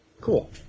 Cool